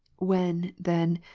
when, then,